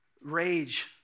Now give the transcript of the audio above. rage